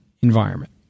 environment